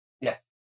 Yes